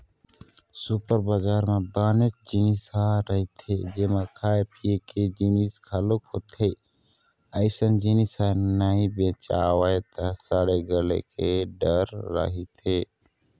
super बजार म बनेच जिनिस ह रहिथे जेमा खाए पिए के जिनिस घलोक होथे, अइसन जिनिस ह नइ बेचावय त सड़े गले के डर रहिथे